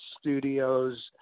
studios